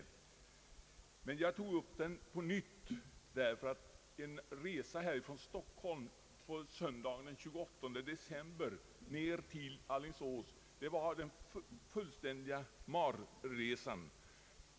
Jag tog emellertid upp frågan på nytt därför att en resa från Stockholm till Alingsås söndagen den 28 december 1969 var fullständigt mardrömslik.